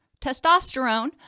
testosterone